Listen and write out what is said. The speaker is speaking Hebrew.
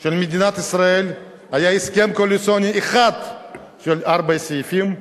של מדינת ישראל היה הסכם קואליציוני אחד של ארבעה סעיפים,